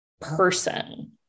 person